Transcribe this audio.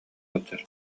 ыалдьар